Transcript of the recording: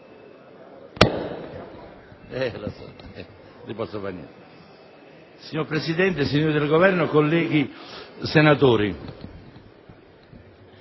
Signor Presidente, signori del Governo, colleghi senatori,